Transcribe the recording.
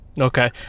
okay